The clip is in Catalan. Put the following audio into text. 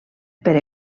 per